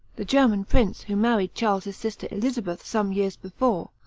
the german prince who married charles's sister elizabeth some years before,